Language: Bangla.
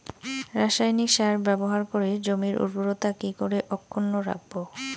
রাসায়নিক সার ব্যবহার করে জমির উর্বরতা কি করে অক্ষুণ্ন রাখবো